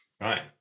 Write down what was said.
Right